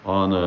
on